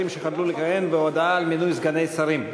שחדלו לכהן והודעה על מינוי סגני שרים.